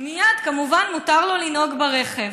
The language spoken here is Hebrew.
מייד, כמובן, מותר לו לנהוג ברכב.